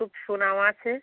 খুব সুনাম আছে